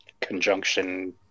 conjunction